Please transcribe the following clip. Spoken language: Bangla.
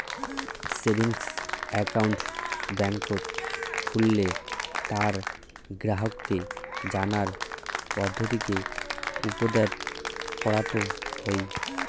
সেভিংস একাউন্ট বেংকত খুললে তার গ্রাহককে জানার পদ্ধতিকে উপদেট করাত হই